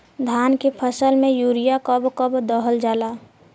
धान के फसल में यूरिया कब कब दहल जाला?